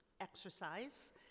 exercise